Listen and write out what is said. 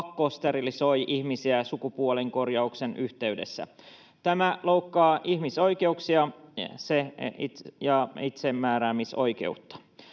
pakkosteriloi ihmisiä sukupuolenkorjauksen yhteydessä. Tämä loukkaa ihmisoikeuksia ja itsemääräämisoikeutta.